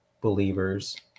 believers